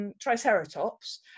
Triceratops